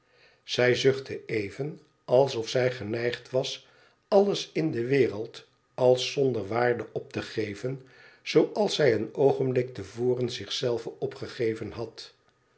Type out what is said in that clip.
zij zuchtte even alsof zij geneigd was alles in de wereld als zonder waarde op te geven zooals zij een oogenblik te voren zich zelve opgegeven had